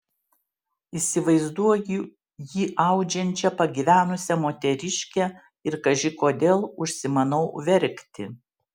įsivaizduoju jį audžiančią pagyvenusią moteriškę ir kaži kodėl užsimanau verkti